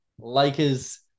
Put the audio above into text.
Lakers